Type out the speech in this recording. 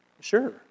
Sure